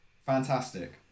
fantastic